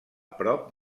prop